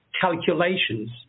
calculations